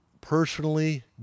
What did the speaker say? personally